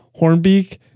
Hornbeak